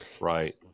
right